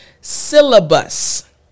syllabus